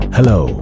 Hello